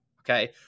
Okay